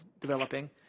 developing